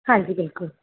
ਹਾਂਜੀ ਬਿਲਕੁਲ